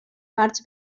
parts